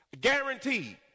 Guaranteed